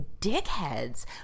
dickheads